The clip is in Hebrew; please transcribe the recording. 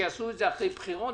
שיעשו את זה אחרי בחירות,